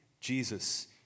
Jesus